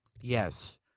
Yes